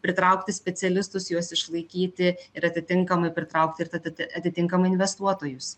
pritraukti specialistus juos išlaikyti ir atitinkamai pritraukti ir tatiti atitinkamai investuotojus